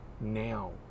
now